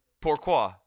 Pourquoi